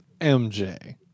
MJ